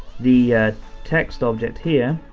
the text object here,